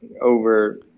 over